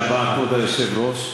תודה, כבוד היושב-ראש.